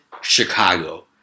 Chicago